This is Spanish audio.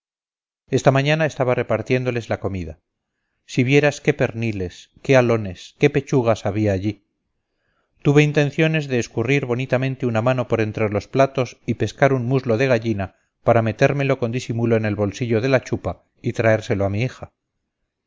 esta mañana estaba repartiéndoles la comida si vieras qué perniles qué alones qué pechugas había allí tuve intenciones de escurrir bonitamente una mano por entre los platos y pescar un muslo de gallina para metérmelo con disimulo en el bolsillo de la chupa y traérselo a